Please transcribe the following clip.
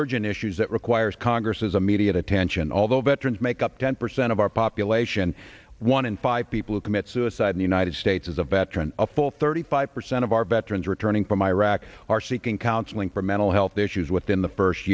urgent issues that requires congress's a media attention although veterans make up ten percent of our population one in five people who commit suicide in the united states as a veteran a full thirty five percent of our veterans returning from iraq are seeking counseling for mental health issues within the first